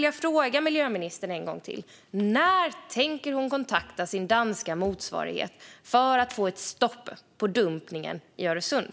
Jag frågar miljöministern en gång till: När tänker hon kontakta sin danska motsvarighet för att få ett stopp på dumpningen i Öresund?